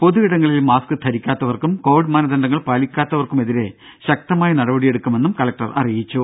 പൊതു ഇടങ്ങളിൽ മാസ്ക് ധരിക്കാത്തവർക്കും കോവിഡ് മാനദണ്ഡങ്ങൾ പാലിക്കാത്തവർക്കുമെതിരെ ശക്തമായ നടപടിയെടുക്കുമെന്നും കലക്ടർ പറഞ്ഞു